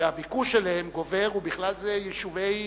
שהביקוש אליהם גובר, ובכלל זה יישובי עוטף-עזה,